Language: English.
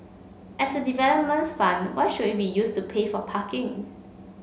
as a development fund why should it be used to pay for parking